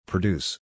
Produce